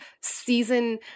season